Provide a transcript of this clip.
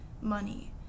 money